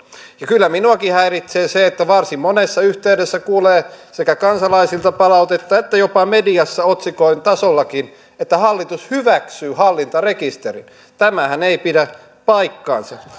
ja kyllä minuakin häiritsee se että varsin monessa yhteydessä kuulee sekä kansalaisilta palautetta että jopa mediassa otsikoiden tasollakin että hallitus hyväksyy hallintarekisterin tämähän ei pidä paikkaansa